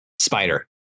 spider